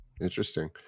Interesting